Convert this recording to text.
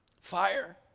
Fire